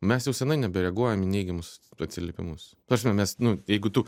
mes jau seniai nebereaguojam į neigiamus atsiliepimus ta prasme mes nu jeigu tu